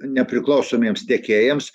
nepriklausomiems tiekėjams